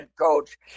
coach